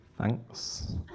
Thanks